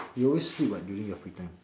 you always sleep [what] during your free time